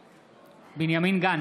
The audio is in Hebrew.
גנץ,